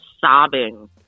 sobbing